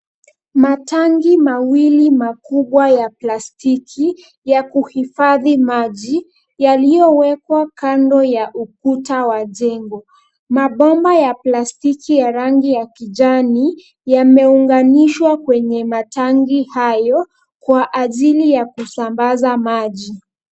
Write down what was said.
Matanki mawili makubwa ya plastiki ya kuhifadhi maji yaliyowekwa kando ya ukuta wa jengo. Mabomba ya plastiki ya rangi ya kijani yameunganishwa kwenye matanki hayo kwa ajili ya kusambaza maji.